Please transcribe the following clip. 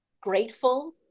grateful